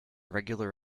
regular